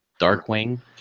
Darkwing